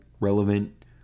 relevant